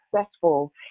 successful